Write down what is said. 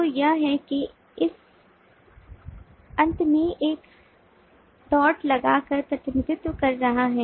तो यह है कि इस अंत में एक डॉट लगाकर प्रतिनिधित्व कर रहा है